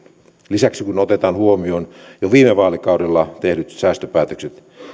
lisäksi kun otetaan huomioon jo viime vaalikaudella tehdyt säästöpäätökset